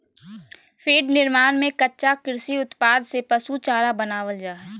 feed निर्माण में कच्चा कृषि उत्पाद से पशु चारा बनावल जा हइ